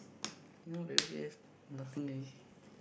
no very weird eh nothing already